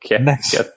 next